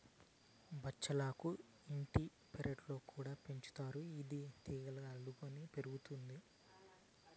బచ్చలాకు ఇంటి పెరట్లో కూడా పెంచుతారు, ఇది తీగలుగా అల్లుకొని పెరుగుతాది